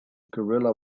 guerrilla